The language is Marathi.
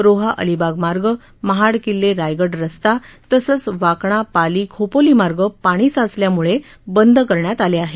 रोहा अलिबाग मार्ग महाड किल्ले रायगड स्स्ता तसंच वाकणा पाली खोपोली मार्ग पाणी साचल्यामुळे बंद करण्यात आला आहे